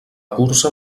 cursa